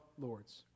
Lords